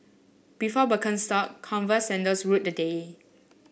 before Birkenstock Converse sandals ruled the day